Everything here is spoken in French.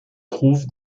trouve